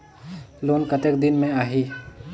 Loan कतेक दिन मे आही?